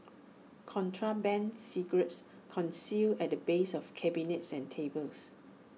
contraband cigarettes concealed at the base of cabinets and tables